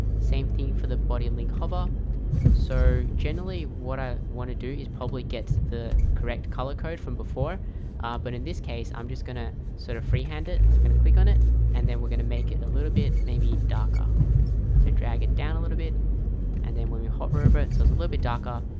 same thing for the body link hover so generally what i want to do is probably get the correct color code from before but in this case, i'm just gonna sort of freehand it it's gonna click on it and then we're going to make it a little bit maybe darker so drag it down a little bit and then when your hover over it, so it's a little bit darker,